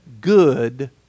good